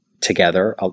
together